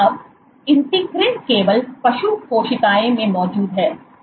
अब इंटीग्रिग्रेन केवल पशु कोशिकाओं में मौजूद हैं